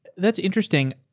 that's interesting.